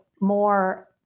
more